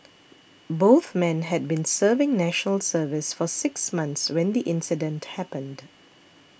both men had been serving National Service for six months when the incident happened